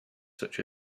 such